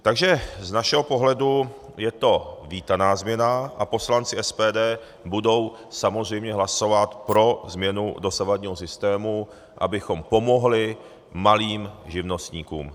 Takže z našeho pohledu je to vítaná změna a poslanci SPD budou samozřejmě hlasovat pro změnu dosavadního systému, abychom pomohli malým živnostníkům.